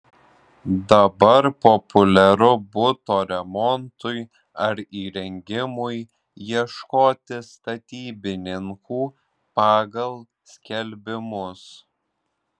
dabar populiaru buto remontui ar įrengimui ieškoti statybininkų pagal skelbimus